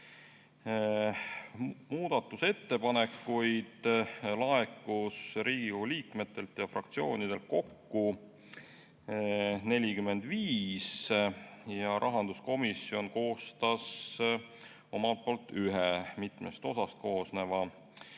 Muudatusettepanekuid laekus Riigikogu liikmetelt ja fraktsioonidelt kokku 45. Rahanduskomisjon koostas ühe mitmest osast koosneva